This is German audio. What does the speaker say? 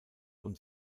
und